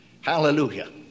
Hallelujah